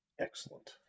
Excellent